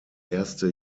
erste